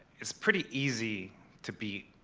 it's pretty easy to beat.